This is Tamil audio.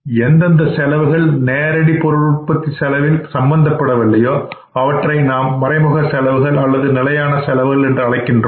எந்தெந்த செலவுகள் நேரடி பொருட்படுத்தி செலவில் சம்பந்தப்படவில்லையோ அவற்றை நாம் மறைமுக செலவுகள் அல்லது நிலையான செலவுகள் என்று அழைக்கின்றோம்